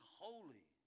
holy